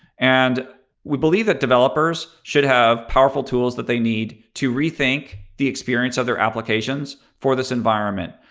and we believe that developers should have powerful tools that they need to rethink the experience of their applications for this environment.